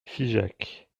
figeac